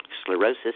sclerosis